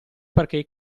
perché